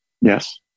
Yes